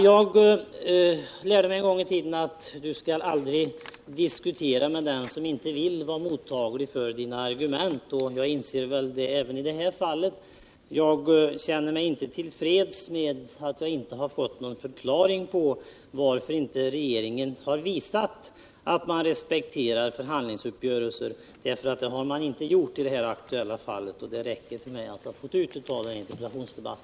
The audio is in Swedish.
Jag lärde mig en gång i tiden att man inte skulle diskutera med den som inte var mottaglig förens argument. Så tycker jag det är i detta fall. Jag känner mig inte till freds med att inte ha fått någon förklaring på varför regeringen inte har visat att man respekterar förhandlingsuppgörelser. Det har man inte gjort i beredskapsarbeten det aktuella fallet, och det räcker för mig att ha fått ut det av denna interpellationsdebatt.